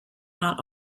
not